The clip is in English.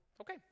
Okay